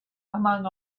among